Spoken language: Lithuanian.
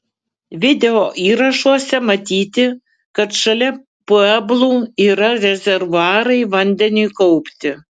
videoįrašuose matyti kad šalia pueblų yra rezervuarai vandeniui kaupti